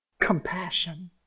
Compassion